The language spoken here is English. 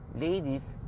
ladies